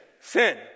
Sin